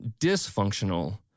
dysfunctional